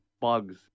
bugs